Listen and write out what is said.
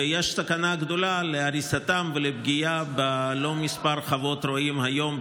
ויש סכנה גדולה להריסתם ולפגיעה בכמה חוות רועים היום,